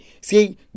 See